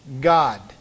God